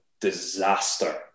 disaster